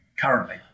currently